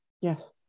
Yes